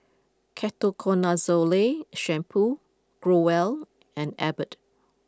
Ketoconazole Shampoo Growell and Abbott